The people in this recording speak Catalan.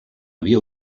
havia